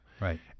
Right